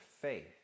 faith